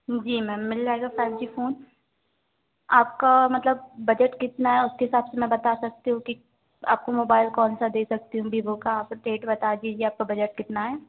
जी ma'am मिल जाएगा five G phone आपका मतलब बजट कितना है उसके हिसाब से मैं बता सकती हूँ कि आपको मोबाइल कौन सा दे सकती हूँ बिवो का आप डेट बता दीजिए आपका बजट कितना है